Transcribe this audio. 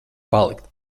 palikt